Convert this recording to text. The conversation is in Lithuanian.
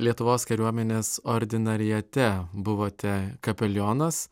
lietuvos kariuomenės ordinariate buvote kapelionas